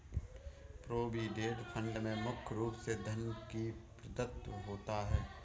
provident fund में मुख्य रूप से धन ही प्रदत्त होता है